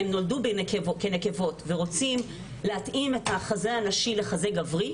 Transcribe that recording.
שנולדו כנקבות ורוצים להתאים את החזה הנשי לחזה גברי,